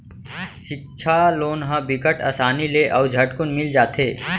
सिक्छा लोन ह बिकट असानी ले अउ झटकुन मिल जाथे